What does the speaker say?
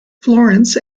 florence